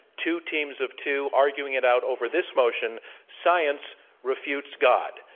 two teams of two arguing it out over this motion science refutes god.